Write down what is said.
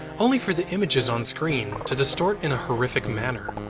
only for the images on screen to distort in a horrific manner.